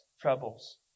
troubles